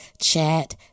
chat